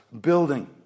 building